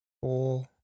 four